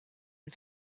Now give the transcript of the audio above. and